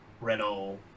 Renault